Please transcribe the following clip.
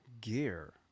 gear